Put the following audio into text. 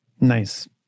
Nice